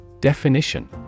Definition